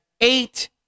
eight